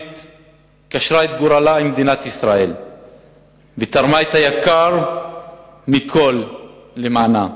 קשרה את גורלה עם מדינת ישראל ותרמה את היקר מכול למענה,